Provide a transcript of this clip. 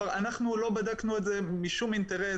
אנחנו לא בדקנו את זה משום אינטרס,